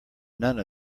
none